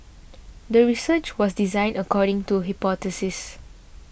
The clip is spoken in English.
the research was designed according to the hypothesis